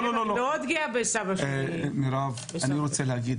אני רוצה להגיד,